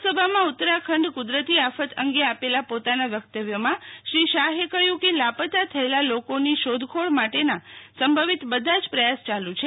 લોકસભામાં ઉત્તરાખંડ કુદરતી આફત અંગે આપેલા પોતાના વક્તવ્યમાં શ્રી શાહે કહ્યું કે લાપતા થયેલા લોકોની શોધખોળ માટેના સંભવિત બધા જ પ્રયાસ ચાલ્ છે